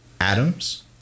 atoms